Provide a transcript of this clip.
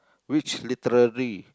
which literary